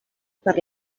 per